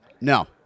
No